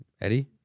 Eddie